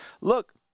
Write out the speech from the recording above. look